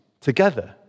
together